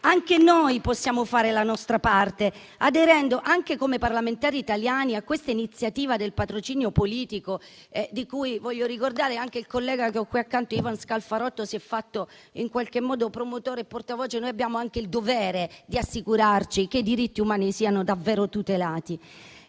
anche noi possiamo fare la nostra parte, aderendo, anche come parlamentari italiani, all'iniziativa sul patrocinio politico di cui - lo voglio ricordare - anche il collega che ho qui accanto, Ivan Scalfarotto, si è fatto in qualche modo promotore e portavoce. Abbiamo anche il dovere di assicurarci che i diritti umani siano davvero tutelati.